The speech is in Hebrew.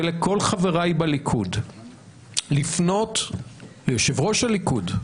ולכל חבריי בליכוד - לפנות ליושב ראש הליכוד,